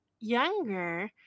younger